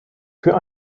für